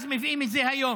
אז מביאים את זה היום.